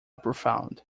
profound